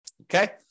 Okay